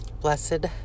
blessed